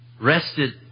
rested